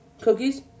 Cookies